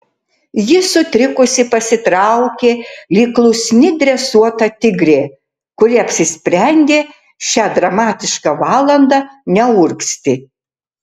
ji sutrikusi pasitraukė lyg klusni dresuota tigrė kuri apsisprendė šią dramatišką valandą neurgzti